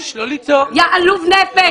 יא עלוב נפש.